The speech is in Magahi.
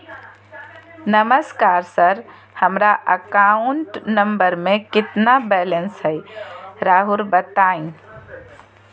नमस्कार सर हमरा अकाउंट नंबर में कितना बैलेंस हेई राहुर बताई?